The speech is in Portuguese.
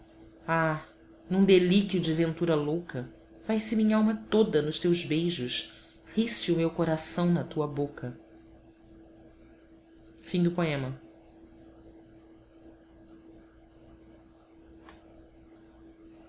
num delíquio de ventura louca vai-se minhalma toda nos teus beijos ri-se o meu coração na tua boca ao